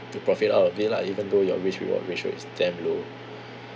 to profit out of it lah even though your risk reward ratio is damn low